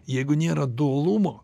jeigu nėra dualumo